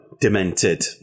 demented